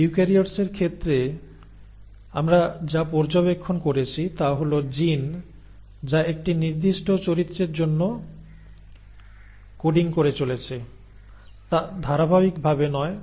ইউক্যারিওটসের ক্ষেত্রে আমরা যা পর্যবেক্ষণ করেছি তা হল জিন যা একটি নির্দিষ্ট চরিত্রের জন্য কোডিং করে চলেছে তা ধারাবাহিক ভাবে নয়